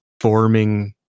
forming